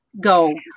go